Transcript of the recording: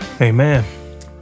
Amen